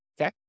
Okay